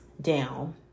down